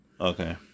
Okay